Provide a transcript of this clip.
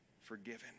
forgiven